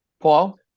Paul